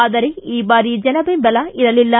ಆದರೆ ಈ ಬಾರಿ ಜಲ ಬೆಂಬಲ ಇರಲಿಲ್ಲ